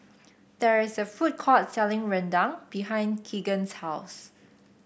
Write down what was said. there is a food court selling Rendang behind Keegan's house